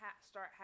start